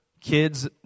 kids